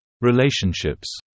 Relationships